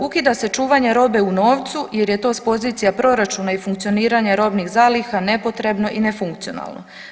Ukida se čuvanje robe u novcu jer je to s pozicija proračuna i funkcioniranja robnih zaliha nepotrebno i nefunkcionalno.